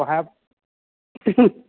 ओ हएब